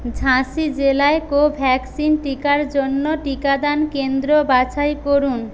ঝাঁসি জেলায় কোভ্যাক্সিন টিকার জন্য টিকাদান কেন্দ্র বাছাই করুন